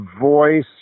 voice